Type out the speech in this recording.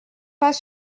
pas